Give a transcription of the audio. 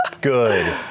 good